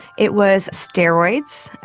it was steroids,